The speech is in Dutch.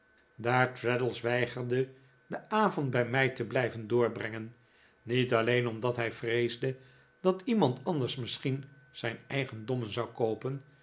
daar traddles weigerde den avond bij mij te blijven doorbrengen niet all'een omdat hij vreesde dat iemand anders misschien zijn eigendommen zou koopen